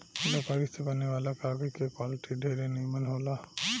लकड़ी से बने वाला कागज के क्वालिटी ढेरे निमन होला